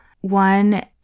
one